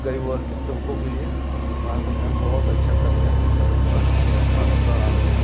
गरीब वर्ग के तबकों के लिए भारत सरकार बहुत अच्छा कर रही है हास्पिटल में स्वास्थय स्वास्थय प्रणाली में